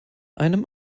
einem